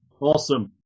Awesome